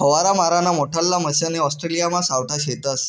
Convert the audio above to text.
फवारा माराना मोठल्ला मशने ऑस्ट्रेलियामा सावठा शेतस